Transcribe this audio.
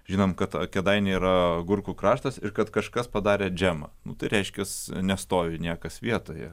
žinom kad kėdainiai yra agurkų kraštas ir kad kažkas padarė džemąnu tai reiškias nestovi niekas vietoje